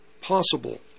possible